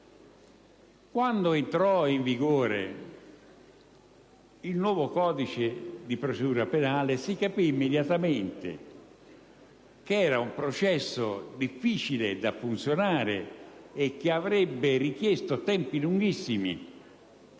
Quando entrò in vigore il nuovo codice di procedura penale, si capì immediatamente che si trattava di un processo difficile da far funzionare, che avrebbe richiesto tempi davvero